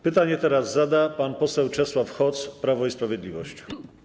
Pytanie teraz zada pan poseł Czesław Hoc, Prawo i Sprawiedliwość.